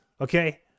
Okay